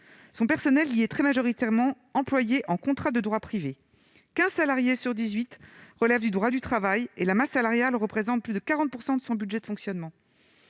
Son personnel y est très majoritairement employé sous contrat de droit privé : 15 salariés sur 18 relèvent du droit du travail et la masse salariale représente plus de 40 % de son budget de fonctionnement.